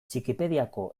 txikipediako